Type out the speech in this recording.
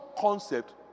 concept